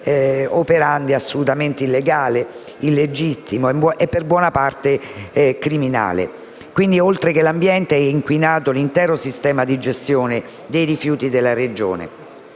operandi* assolutamente illegale, illegittimo e per buona parte criminale. Quindi, oltre che l'ambiente, è inquinato l'intero sistema di gestione dei rifiuti della Regione,